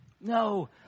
No